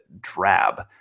drab